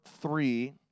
three